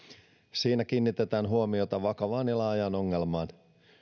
siinä kiinnitetään huomiota vakavaan ja laajaan ongelmaan